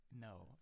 no